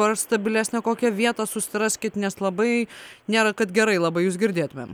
ar stabilesnę kokią vietą susiraskit nes labai nėra kad gerai labai jus girdėtumėm